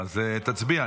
אז תצביע.